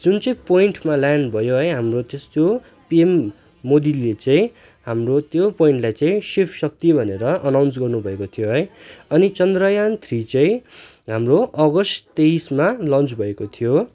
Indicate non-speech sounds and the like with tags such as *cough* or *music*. जुन चाहिँ पोइन्टमा ल्यान्ड भयो है हाम्रो *unintelligible* पिएम मोदीले चाहिँ हाम्रो त्यो पोइन्टलाई चाहिँ शिवशक्ति भनेर अनाउन्स गर्नु भएको थियो है अनि चन्द्रयान थ्री चाहिँ हाम्रो अगस्त तेइसमा लन्च भएको थियो